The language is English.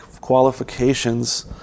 qualifications